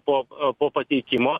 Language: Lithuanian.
po pateikimo